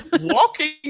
walking